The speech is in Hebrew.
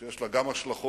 שיש לה גם השלכות